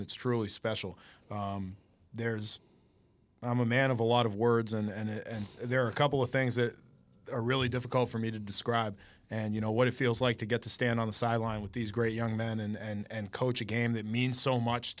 that's truly special there's i'm a man of a lot of words and there are a couple of things that are really difficult for me to describe and you know what it feels like to get to stand on the sideline with these great young men and coach a game that means so much